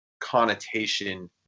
connotation